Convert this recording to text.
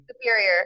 Superior